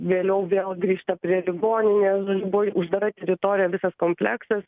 vėliau vėl grįžta prie ligoninės buvo uždara teritorija visas kompleksas